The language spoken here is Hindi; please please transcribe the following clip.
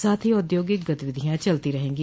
साथ ही औद्योगिक गतिविधियां चलती रहेंगी